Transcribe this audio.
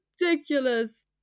ridiculous